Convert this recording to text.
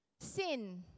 Sin